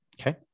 Okay